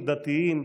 דתיים,